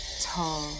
tall